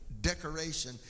decoration